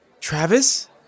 Travis